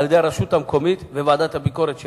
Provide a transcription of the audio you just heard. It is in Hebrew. הרשות המקומית וועדת הביקורת שלה.